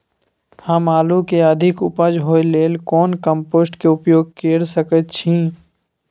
हम आलू के अधिक उपज होय लेल कोन कम्पोस्ट के उपयोग कैर सकेत छी?